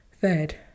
Third